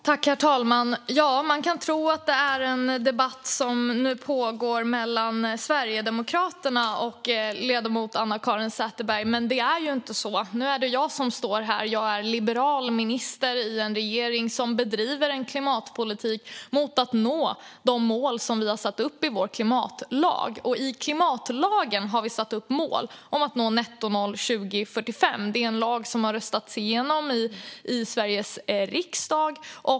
Herr talman! Man kunde tro att det är en debatt som nu pågår mellan Sverigedemokraterna och ledamoten Anna-Caren Sätherberg, men det är ju inte så. Nu är det jag som står här. Jag är liberal minister i en regering som bedriver en klimatpolitik som syftar till att nå de mål som vi har satt upp i vår klimatlag. I klimatlagen har vi satt upp mål om att nå nettonollutsläpp år 2045. Det är en lag som har röstats igenom i Sveriges riksdag.